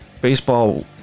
Baseball